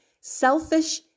selfish